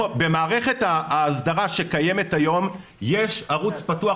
במערכת ההסדרה שקיימת היום יש ערוץ פתוח.